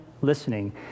listening